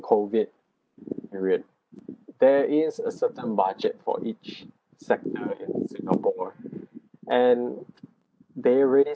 COVID period there is a certain budget for each sector in singapore and they already